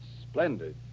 splendid